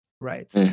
Right